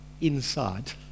inside